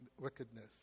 wickedness